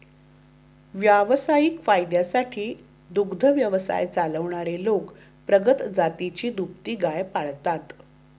व्यावसायिक फायद्यासाठी दुग्ध व्यवसाय चालवणारे लोक प्रगत जातीची दुभती गाय पाळतात